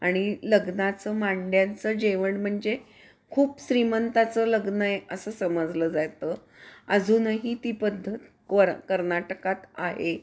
आणि लग्नाचं मांड्यांचं जेवण म्हणजे खूप श्रीमंताचं लग्न आहे असं समजलं जातं अजूनही ती पद्धत क्वार कर्नाटकात आहे